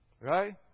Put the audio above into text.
Right